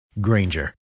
Granger